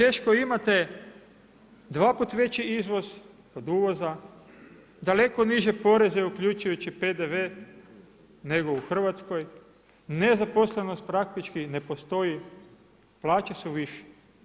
Da u Češkoj imate dvaput veći izvoz od uvoza, daleko niže poreze uključujući PDV nego u Hrvatskoj, nezaposlenost praktički ne postoji, plaće su više.